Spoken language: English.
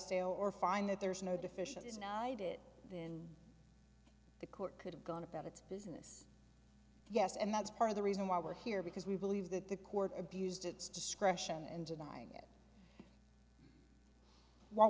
stay or find that there's no deficiencies now i did in the court could have gone about its business yes and that's part of the reason why we're here because we believe that the court abused its discretion and denying it while